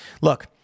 Look